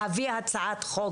להביא הצעת חוק